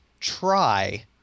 try